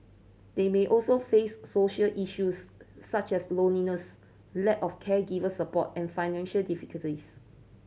they may also face social issues such as loneliness lack of caregiver support and financial difficulties